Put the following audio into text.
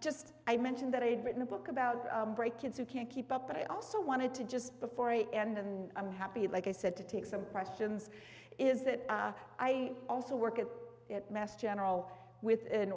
just i mentioned that i had written a book about break kids who can't keep up but i also wanted to just before a end i'm happy like i said to take some questions is that i also work at mass general with an